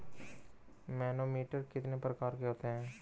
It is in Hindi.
मैनोमीटर कितने प्रकार के होते हैं?